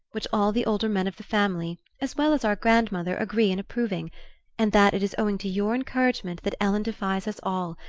which all the older men of the family, as well as our grandmother, agree in approving and that it is owing to your encouragement that ellen defies us all,